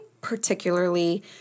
particularly